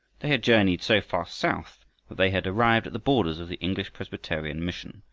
they had journeyed so far south that they had arrived at the borders of the english presbyterian mission,